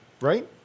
right